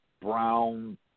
brown